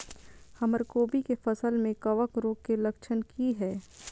हमर कोबी के फसल में कवक रोग के लक्षण की हय?